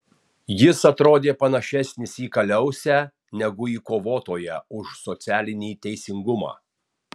jis atrodė panašesnis į kaliausę negu į kovotoją už socialinį teisingumą